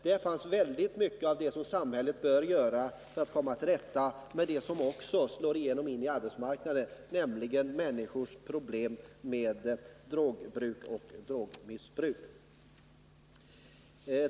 Där fanns väldigt mycket av det som samhället bör göra för att komma till rätta med det som också slår igenom på arbetsmarknaden, nämligen människors problem med drogbruk och drogmissbruk.